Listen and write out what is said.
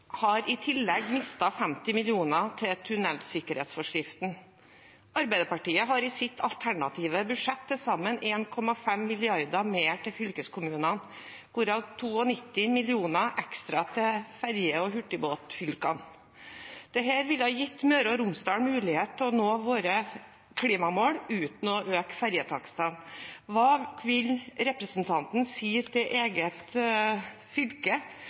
har i tillegg mistet 50 mill. kr til tunnelsikkerhetsforskriften. Arbeiderpartiet har i sitt alternative budsjett til sammen 1,5 mrd. kr mer til fylkeskommunene, hvorav 92 mill. kr ekstra til ferje- og hurtigbåtfylkene. Dette ville gitt Møre og Romsdal mulighet til å nå våre klimamål uten å øke ferjetakstene. Hva vil representanten si til eget fylke